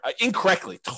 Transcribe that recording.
incorrectly